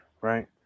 right